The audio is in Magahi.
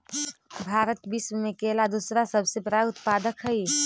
भारत विश्व में केला के दूसरा सबसे बड़ा उत्पादक हई